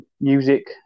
music